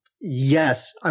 yes